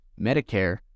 Medicare